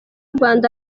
rwanda